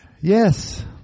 Yes